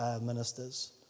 ministers